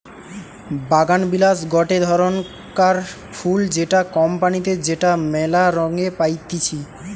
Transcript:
বাগানবিলাস গটে ধরণকার ফুল যেটা কম পানিতে যেটা মেলা রঙে পাইতিছি